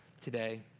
today